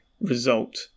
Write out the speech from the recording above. result